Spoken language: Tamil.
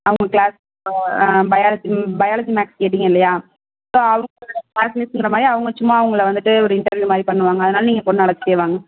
அவங்க கிளாஸ் பயாலஜி பயாலஜி மேக்ஸ் கேட்டிங்க இல்லையா ஸோ அவங்ளோட மாதிரி அவங்க சும்மா உங்களை வந்துட்டு ஒரு இன்டர்வியூ மாதிரி பண்ணுவாங்க அதனால் நீங்கள் பொண்ணை அழைச்சிட்டே வாங்க